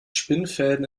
spinnenfäden